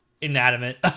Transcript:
inanimate